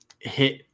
hit